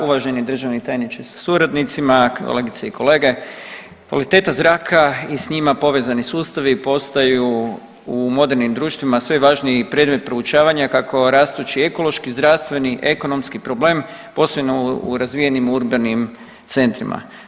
Uvaženi državni tajniče sa suradnicima, kolegice i kolege, kvaliteta zraka i s njima povezani sustavi postaju u modernim društvima sve važniji predmet proučavanja kako rastući ekološki, zdravstveni, ekonomski problem posebno u razvijenim urbanim centrima.